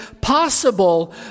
possible